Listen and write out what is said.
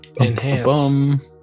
Enhance